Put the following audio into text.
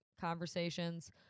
conversations